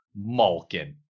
Malkin